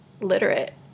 literate